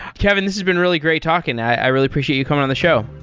kevin, this has been really great talking. i really appreciate you coming on the show.